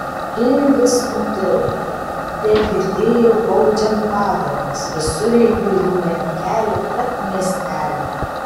kenedis nutilo tegirdėjau gaudžiant padangas visureigiui ryjant kelią tarp miestelių